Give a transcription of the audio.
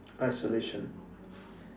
isolation